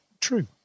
true